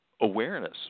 awareness